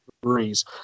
breeze